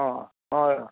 অ' অ'